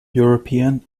european